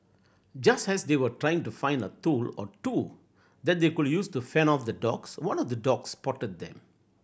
just as they were trying to find a tool or two that they could use to fend off the dogs one of the dogs spotted them